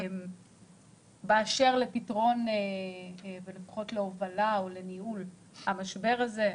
באשר לפתרון ולהובלה או לניהול המשבר הזה,